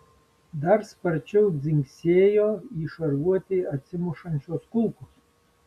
dar sparčiau dzingsėjo į šarvuotį atsimušančios kulkos